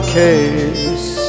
case